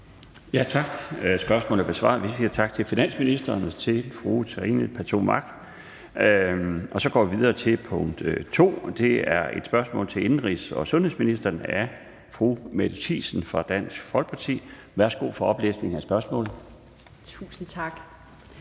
Tak. Spørgsmålet er besvaret. Vi siger tak til finansministeren og til fru Trine Pertou Mach. Så går vi videre til spørgsmål nr. 2. Det er et spørgsmål til indenrigs- og sundhedsministeren af fru Mette Thiesen fra Dansk Folkeparti. Kl. 13:08 Spm. nr.